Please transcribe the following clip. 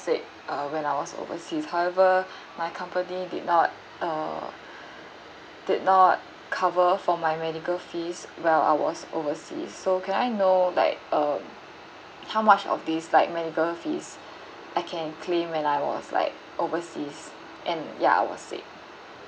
sick uh when I was overseas however my company did not uh did not cover for my medical fees when I was oversea so can I know like uh how much of this like medical fees I can claim when I was like overseas and ya I was sick